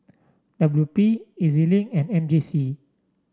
W P E Z Link and M J C